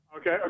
Okay